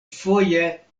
foje